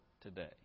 today